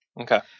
Okay